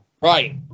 Right